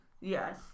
Yes